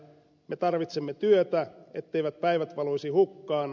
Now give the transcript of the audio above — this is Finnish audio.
me tarvitsemme työtä etteivät päivät valuisi hukkaan